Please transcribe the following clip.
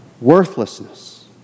worthlessness